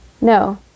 No